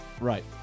Right